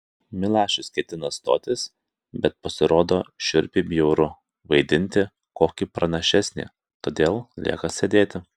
milašius ketina stotis bet pasirodo šiurpiai bjauru vaidinti kokį pranašesnį todėl lieka sėdėti